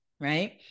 right